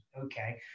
okay